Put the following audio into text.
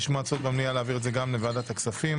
נשמעה הצעה במליאה להעביר את זה גם לוועדת הכספים.